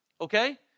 okay